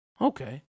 Okay